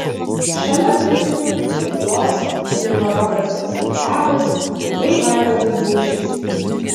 šalia prizininkų pakylos liko robertas zaicevas bei vaidotas baužys